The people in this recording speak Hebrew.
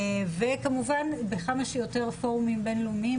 וכמובן בכמה שיותר פורומים בינלאומיים,